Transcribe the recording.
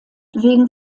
wegen